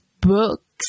books